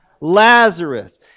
Lazarus